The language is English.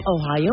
Ohio